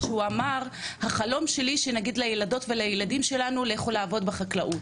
הוא אמר שהחלום שלו זה להגיד לילדות ולילדים שלנו ללכת לעבוד בחקלאות.